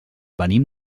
venim